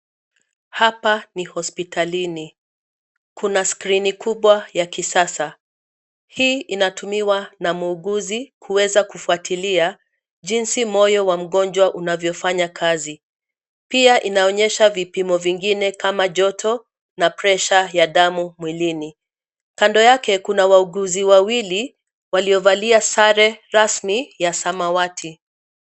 Hapa ni hosipitalini. Kuna skrini kubwa ya kisasa. Hii inatumiwa na muuguzi kueza kufuatilia jinsi moyo wa mgonjwa unavyofanya kazi. Pia inaonyesha vipimo vingine kama joto na presha ya damu mwilini. Kando yake kuna wauguzi wawili waliovalia sare rasmi ya samawati.